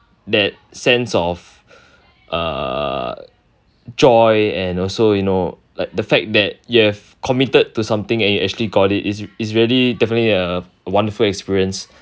that sense of uh joy and also you know like the fact that you've committed to something and you actually got it is really definitely a wonderful experience